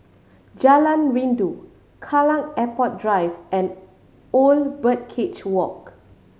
Jalan Rindu Kallang Airport Drive and Old Birdcage Walk